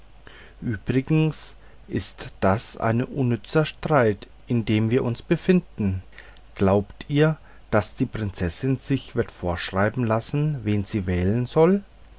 übrigens ist das ein unnützer streit in dem wir uns befinden glaubt ihr daß die prinzessin sich wird vorschreiben lassen wen sie wählen soll